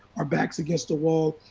our backs against the wall,